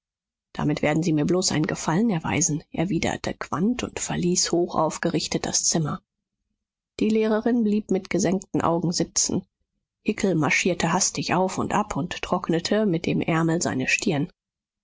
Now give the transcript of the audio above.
damit werden sie mir bloß einen gefallen erweisen erwiderte quandt und verließ hochaufgerichtet das zimmer die lehrerin blieb mit gesenkten augen sitzen hickel marschierte hastig auf und ab und trocknete mit dem ärmel seine stirn